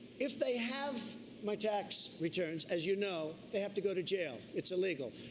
if they have my tax returns, as you know, they have to go to jail. it's illegal.